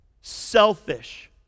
selfish